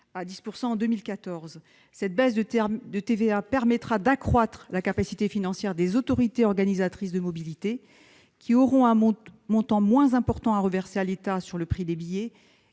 à 10 % en 2014. Cette baisse du taux de TVA permettrait d'accroître la capacité financière des autorités organisatrices de mobilité, qui auront un montant moins important à reverser à l'État sur le prix des billets,